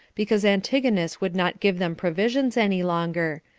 because antigonus would not give them provisions any longer,